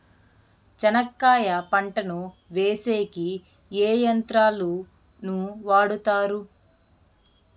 చెనక్కాయ పంటను వేసేకి ఏ యంత్రాలు ను వాడుతారు?